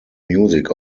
music